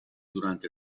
durante